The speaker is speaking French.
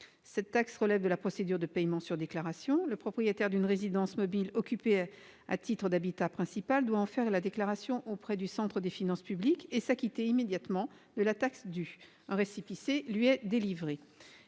Cette taxe relève de la procédure de paiement sur déclaration : le propriétaire d'une résidence mobile occupée à titre d'habitat principal doit en faire la déclaration auprès du centre des finances publiques et s'acquitter immédiatement de la taxe due. Un récépissé lui est délivré.